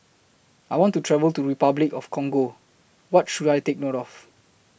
I want to travel to Repuclic of The Congo What should I Take note of